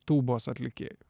tūbos atlikėjų